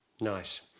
nice